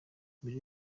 mbere